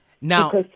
Now